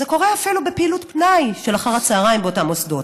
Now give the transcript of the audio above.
זה קורה אפילו בפעילות פנאי של אחר הצוהריים באותם מוסדות.